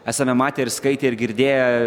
esame matę ir skaitę ir girdėję